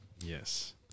Yes